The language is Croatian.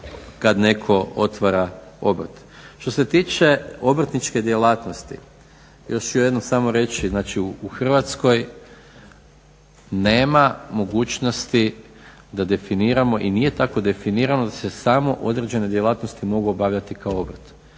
kada netko otvara obrt. Što se tiče obrtničke djelatnosti, još jednom samo reći znači u Hrvatskoj nema mogućnosti da definiramo i nije tako definirano da se samo određene djelatnosti mogu obavljati kao obrt.